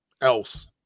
else